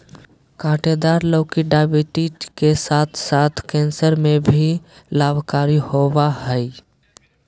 काँटेदार लौकी डायबिटीज के साथ साथ कैंसर में भी लाभकारी होबा हइ